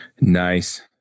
Nice